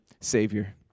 Savior